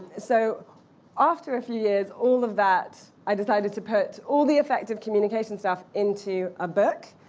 so after a few years, all of that i decided to put all the effective communication stuff into a book.